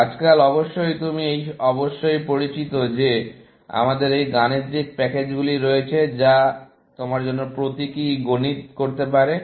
আজকাল অবশ্যই তুমি অবশ্যই পরিচিত যে আমাদের এই গাণিতিক প্যাকেজগুলি রয়েছে যা তোমার জন্য প্রতীকী গণিত করতে পারে